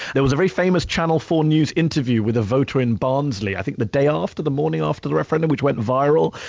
there was a very famous channel four news interview with the voter in barnsley, i think the day after, the the morning after the referendum, which went viral,